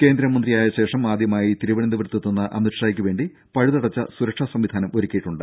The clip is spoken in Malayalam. കേന്ദ്രമന്ത്രിയായ ശേഷം ആദ്യമായി തിരുവനന്തപുരത്തെത്തുന്ന അമിത്ഷാക്കു വേണ്ടി പഴുതടച്ച സുരക്ഷാ സംവിധാനം ഒരുക്കിയിട്ടുണ്ട്